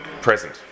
present